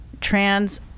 trans